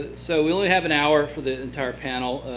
so we only have an hour for the entire panel,